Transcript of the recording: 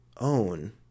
own